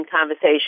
conversation